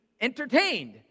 entertained